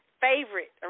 Favorite